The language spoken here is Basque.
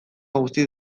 guztiz